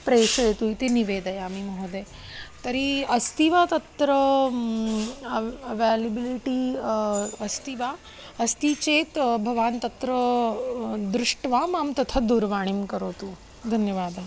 प्रेषयतु इति निवेदयामि महोदय तर्हि अस्ति वा तत्र अव् अवेलेबिलिटि अस्ति वा अस्ति चेत् भवान् तत्र दृष्ट्वा मां तथा दूरवाणीं करोतु धन्यवादः